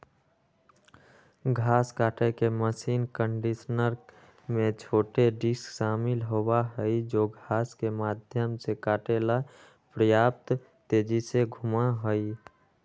घास काटे के मशीन कंडीशनर में छोटे डिस्क शामिल होबा हई जो घास के माध्यम से काटे ला पर्याप्त तेजी से घूमा हई